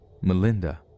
Melinda